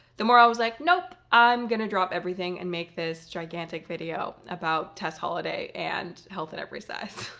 the more i was like, nope, i'm gonna drop everything and make this gigantic video about tess holliday and health at every size.